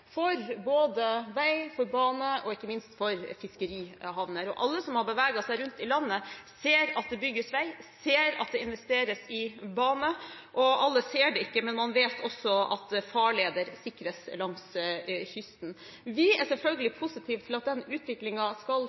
for både vei, bane og – ikke minst – fiskerihavner. Alle som har beveget seg rundt i landet, ser at det bygges vei, ser at det investeres i bane. Og alle ser det ikke, men man vet også at farleder sikres langs kysten. Vi er selvfølgelig positive til at den utviklingen skal